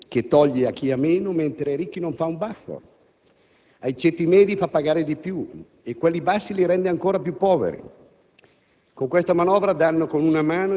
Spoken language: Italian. una finanziaria iniqua, che toglie a chi ha meno, mentre ai ricchi non fa un baffo. Ai ceti medi fa pagare di più e rende quelli bassi ancor più poveri.